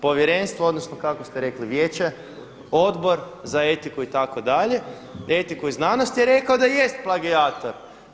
Povjerenstvo odnosno kako ste rekli vijeće, Odbor za etiku itd. etiku i znanost je rekao da jest plagijator.